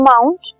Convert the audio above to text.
amount